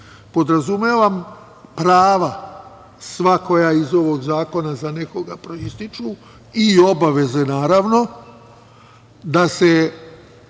Podrazumevam prava sva koja iz ovog zakona za nekoga proističu, i obaveze, naravno, da se